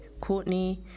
Courtney